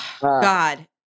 God